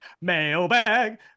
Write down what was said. Mailbag